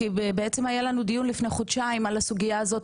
כי בעצם היה לנו דיון לפני חודשיים על הסוגיה הזו,